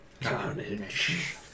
carnage